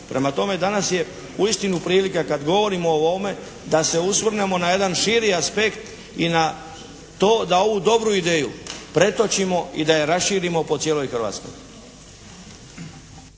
Prema tome, danas je uistinu priliku kad govorimo o ovome da se osvrnemo na jedan širi aspekt i na to da ovu dobru ideju pretočimo i da je raširimo po cijeloj Hrvatskoj.